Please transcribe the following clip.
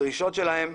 הדרישות שלהם,